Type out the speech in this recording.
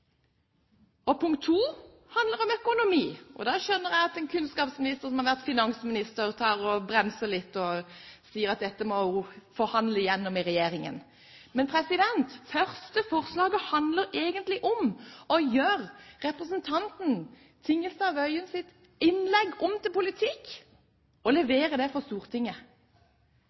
og sier at dette må hun forhandle gjennom i regjeringen. Men det første forslaget handler egentlig om å gjøre representanten Tingelstad Wøiens innlegg om til politikk og levere det for Stortinget.